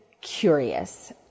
curious